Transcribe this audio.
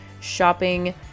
shopping